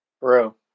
Bro